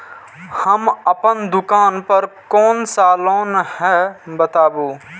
हम अपन दुकान पर कोन सा लोन हैं बताबू?